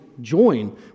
join